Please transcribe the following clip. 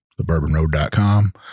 thebourbonroad.com